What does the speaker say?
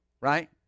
Right